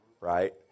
Right